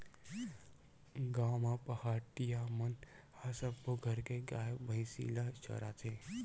गाँव म पहाटिया मन ह सब्बो घर के गाय, भइसी ल चराथे